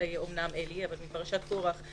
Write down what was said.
אלי, מפרשת קורח.